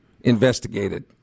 investigated